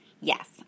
Yes